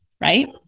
right